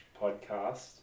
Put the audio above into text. podcast